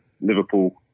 Liverpool